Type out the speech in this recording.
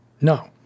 no